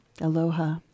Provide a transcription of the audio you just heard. Aloha